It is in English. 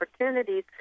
opportunities